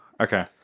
okay